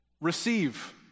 receive